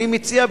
אני מציע,